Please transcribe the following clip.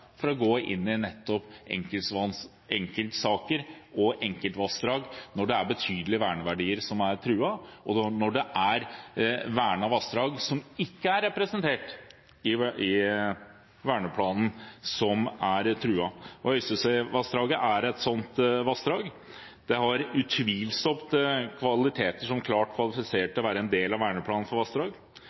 for å gå inn i nettopp enkeltsaker og enkeltvassdrag når det er betydelige verneverdier som er truet, og når det er vernede vassdrag som ikke er representert i verneplanen, som er truet. Øystesevassdraget er et sånt vassdrag. Det har utvilsomt kvaliteter som klart kvalifiserer til å være en del av verneplanen for vassdrag